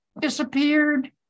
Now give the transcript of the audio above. disappeared